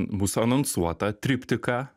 mūsų anonsuotą triptiką